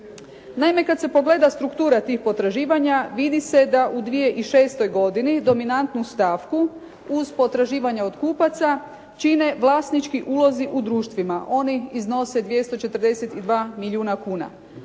Naime kad se pogleda struktura tih potraživanja vidi se da u 2006. godini dominantnu stavku uz potraživanje od kupaca čine vlasnički ulozi u društvima. Oni iznose 242 milijuna kuna.